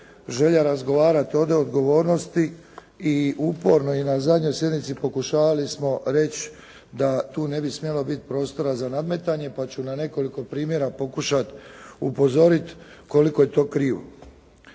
želja razgovarati ovdje o odgovornosti i uporno i na zadnjoj sjednici pokušavali smo reći da tu ne bi smjelo biti prostora za nadmetanje, pa ću na nekoliko primjera pokušati upozoriti koliko je to krivo.